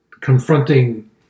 confronting